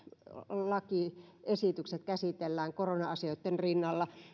lakiesitykset käsitellään korona asioitten rinnalla että